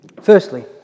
Firstly